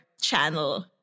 Channel